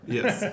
Yes